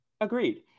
Agreed